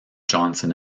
johnson